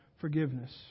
forgiveness